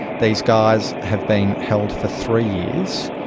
these guys have been held for three years,